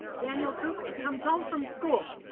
daniel cooper, comes home from school.